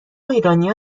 ایرانیها